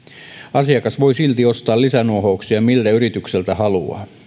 asiakas voi silti ostaa lisänuohouksia miltä yritykseltä haluaa